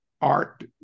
art